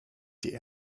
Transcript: die